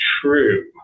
true